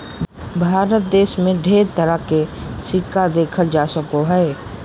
भारत देश मे ढेर तरह के सिक्का देखल जा सको हय